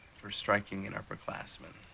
for striking an upper classmen.